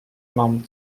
mam